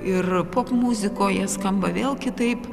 ir popmuzikoje skamba vėl kitaip